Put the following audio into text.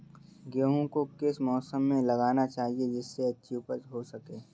गेहूँ को किस मौसम में लगाना चाहिए जिससे अच्छी उपज हो सके?